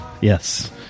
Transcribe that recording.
Yes